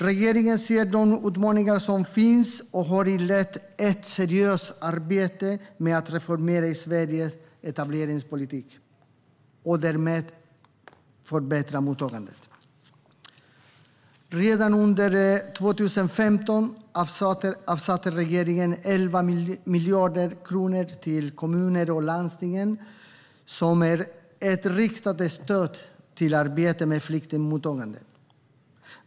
Regeringen ser de utmaningar som finns och har inlett ett seriöst arbete med att reformera Sveriges etableringspolitik och därmed förbättra mottagandet. Redan under 2015 avsatte regeringen 11 miljarder kronor till kommuner och landsting som ett riktat stöd till arbete med flyktingmottagande.